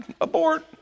Abort